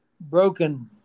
broken